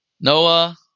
Noah